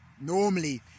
normally